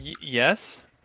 Yes